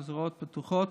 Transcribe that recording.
בזרועות פתוחות.